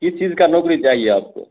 किस चीज का नौकरी चाहिए आपको